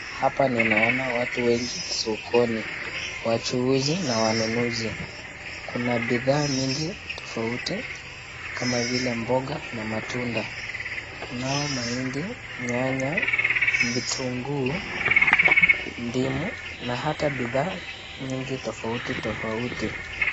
Hapa ninaona watu wengi sokoni, wachuuzi na wanunuzi, kuna bidhaa mingi tofauti kama vile mboga na matunda, kuna mahindi, nyanya, vitunguu, ndimu na hata bidhaa nyingi tofauti tofauti.